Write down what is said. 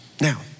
Now